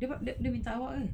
dia awak dia minta awak ke